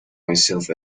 myself